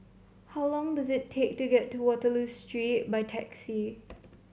how long does it take to get to Waterloo Street by taxi